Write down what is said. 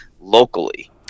locally